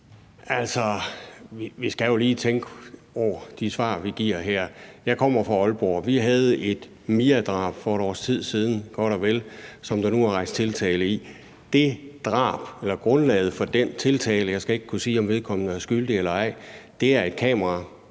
jo lige tænke over de svar, vi giver her. Jeg kommer fra Aalborg. Vi havde et Miadrab for et års tid siden, godt og vel, som der nu er rejst tiltale i. Grundlaget for den tiltale, og jeg skal ikke kunne sige, om vedkommende er skyldig eller ej, er et kamera